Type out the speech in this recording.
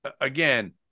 Again